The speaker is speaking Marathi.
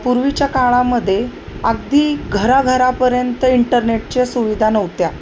पूर्वीच्या काळामध्ये अगदी घराघरापर्यंत इंटरनेटच्या सुविधा नव्हत्या